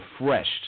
refreshed